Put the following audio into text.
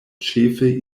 ĉefe